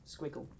Squiggle